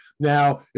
Now